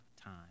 time